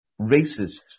racist